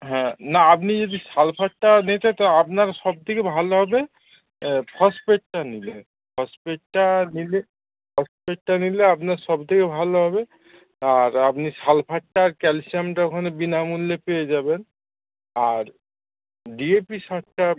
হ্যাঁ না আপনি যদি সালফারটা নিতে তো আপনার সবথেকে ভালো হবে ফসফেটটা নিলে ফসফেটটা নিলে ফসফেটটা নিলে আপনার সবথেকে ভালো হবে আর আপনি সালফারটা আর ক্যালশিয়ামটা ওখানে বিনামূল্যে পেয়ে যাবেন আর ডিএপি সারটা